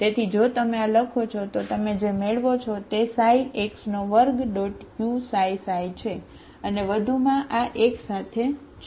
તેથી જો તમે આ લખો છો તો તમે જે મેળવો છો તે x2uξξ છે અને વધુમાં આ એકસાથે છે